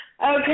Okay